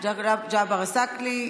חבר הכנסת ג'אבר עסאקלה,